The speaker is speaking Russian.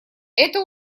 это